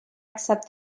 accept